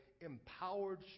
empowered